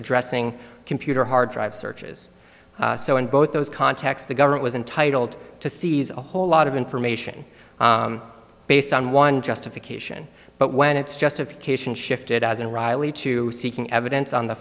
addressing computer hard drive searches so in both those contexts the government was entitled to seize a whole lot of information based on one justification but when its justification shifted as an riley to seeking evidence on the